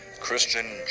Christian